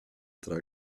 trage